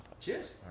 Cheers